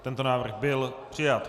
Tento návrh byl přijat.